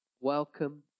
welcome